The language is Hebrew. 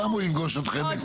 שם הוא יפגוש אתכם סופית.